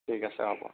ঠিক আছে হ'ব